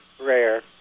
rare